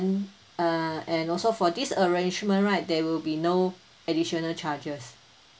and err and also for this arrangement right there will be no additional charges